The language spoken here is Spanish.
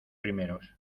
primeros